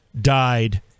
died